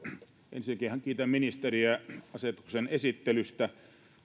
ensinnäkin ihan kiitän ministeriä asetuksen esittelystä